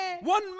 One